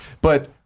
But-